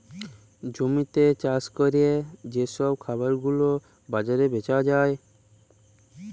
জমিতে চাষ ক্যরে যে সব খাবার গুলা বাজারে বেচা যায়